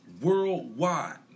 worldwide